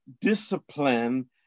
discipline